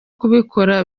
kubikora